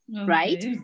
right